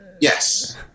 yes